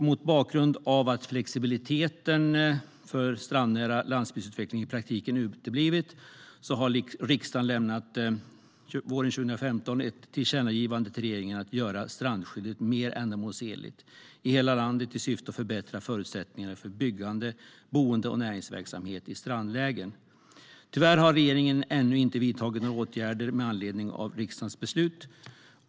Mot bakgrund av att flexibiliteten för strandnära landsbygdsutveckling i praktiken uteblivit lämnade riksdagen våren 2015 ett tillkännagivande till regeringen om att göra strandskyddet mer ändamålsenligt i hela landet i syfte att förbättra förutsättningarna för byggande, boende och näringsverksamhet i strandlägen. Tyvärr har regeringen ännu inte vidtagit några åtgärder med anledning av riksdagens beslut.